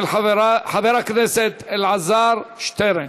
של חבר הכנסת אלעזר שטרן.